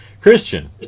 Christian